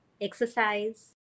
exercise